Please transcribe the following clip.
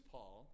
Paul